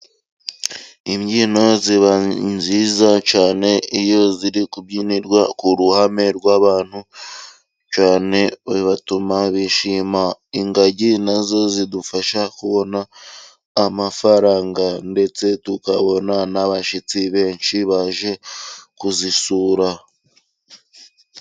Imbyino ziban nziza cyane iyo ziri kubyinirwa ku ruhame rw'abantu cyane bituma bishima. Ingagi nazo zidufasha kubona amafaranga ndetse tukabonana n'abashyitsi benshi baje kuzisura.